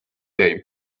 game